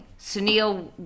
Sunil